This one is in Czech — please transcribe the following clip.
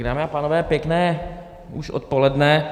Dámy a pánové, pěkné už odpoledne.